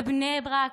בבני ברק,